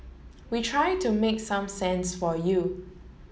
we try to make some sense for you